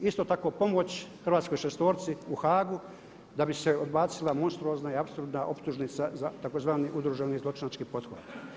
Isto tako pomoć hrvatskoj šestorci u Haagu da bi se odbacila monstruozna i apsolutna optužnica za tzv. udruženi zločinački pothvat.